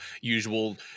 usual